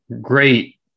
Great